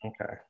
Okay